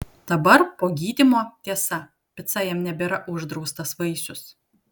dabar po gydymo tiesa pica jam nebėra uždraustas vaisius